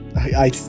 I-